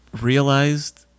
realized